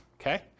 Okay